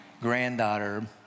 granddaughter